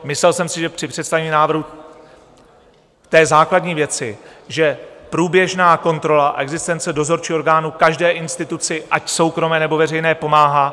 Myslel jsem si, že při představení návrhu v té základní věci, že průběžná kontrola a existence dozorčího orgánu každé instituci, ať soukromé, nebo veřejné, pomáhá.